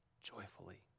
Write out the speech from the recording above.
joyfully